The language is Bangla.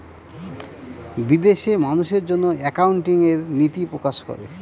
বিদেশে মানুষের জন্য একাউন্টিং এর নীতি প্রকাশ করে